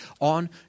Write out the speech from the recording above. on